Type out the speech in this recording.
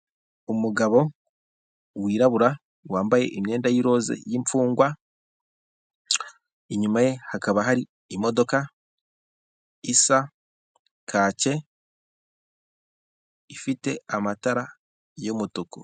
Umugabo wirabura wambaye imyenda y'iroza y'imfungwa, inyumaye hakaba hari imodoka isa kacye ifite amatara y'umutuku.